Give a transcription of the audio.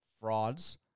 frauds